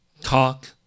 talk